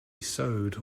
sewed